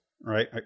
right